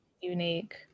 unique